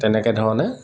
তেনেকে ধৰণে